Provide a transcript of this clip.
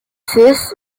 cysts